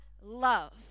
love